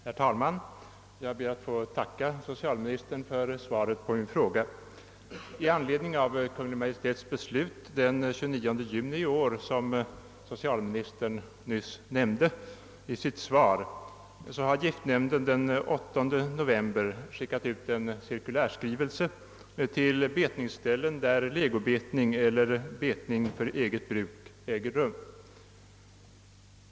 Herr talman! Jag ber att få tacka socialministern för svaret på min interpellation. I anledning av Kungl. Maj:ts beslut den 29 juni i år, vilket socialministern nyss nämnde i sitt svar, har giftnämnden den 8 november skickat ut en cirkulärskrivelse till betningsställen, där legobetning eller betning för eget bruk äger rum.